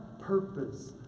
purpose